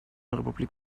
republik